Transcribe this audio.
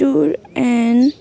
tour and